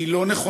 היא לא נכונה.